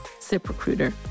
Ziprecruiter